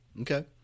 Okay